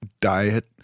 diet